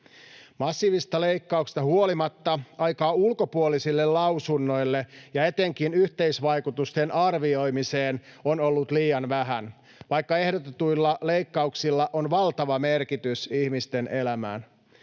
Massiivisista leikkauksista huolimatta aikaa ulkopuolisille lausunnoille ja etenkin yhteisvaikutusten arvioimiseen on ollut liian vähän, vaikka ehdotetuilla leikkauksilla on valtava merkitys ihmisten elämälle.